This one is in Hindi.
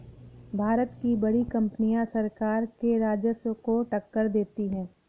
भारत की बड़ी कंपनियां सरकार के राजस्व को टक्कर देती हैं